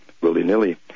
willy-nilly